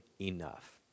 enough